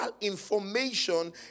information